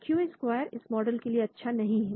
Q square इस model के लिए अच्छा नहीं है